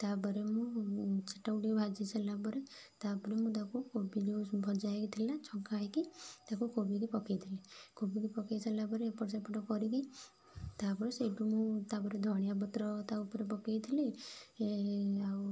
ତାପରେ ମୁଁ ସେଟାକୁ ଟିକେ ଭାଜି ସାରିଲା ପରେ ତାପରେ ମୁଁ ତାକୁ କୋବି ଯେଉଁ ଭଜା ହେଇକି ଥିଲା ଛଙ୍କା ହୋଇକି ତାକୁ କୋବିକି ପକେଇଦେଲି ପକେଇ ସାଇଲା ପରେ ଏପଟ ସେପଟ କରିକି ତାପରେ ସେଇଠୁ ମୁଁ ତା ପରେ ଧଣିଆ ପତ୍ର ତା ଉପରେ ପକେଇ ଥିଲି ଆଉ